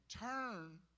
turn